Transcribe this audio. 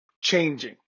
changing